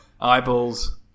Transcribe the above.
Eyeballs